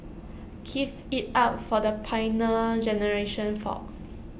give IT up for the Pioneer Generation folks